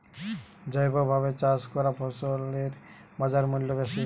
জৈবভাবে চাষ করা ফসলের বাজারমূল্য বেশি